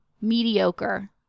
mediocre